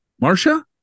Marcia